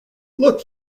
look